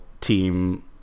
team